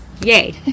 Yay